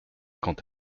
quant